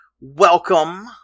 welcome